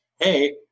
hey